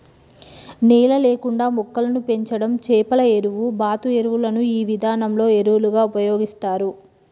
నేల లేకుండా మొక్కలను పెంచడం చేపల ఎరువు, బాతు ఎరువులను ఈ విధానంలో ఎరువులుగా ఉపయోగిస్తారు